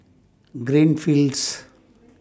Greenfields